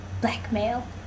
blackmail